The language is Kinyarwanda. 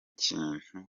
kintu